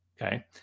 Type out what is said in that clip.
Okay